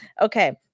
Okay